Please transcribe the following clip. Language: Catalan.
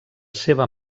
seva